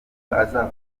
azakomeza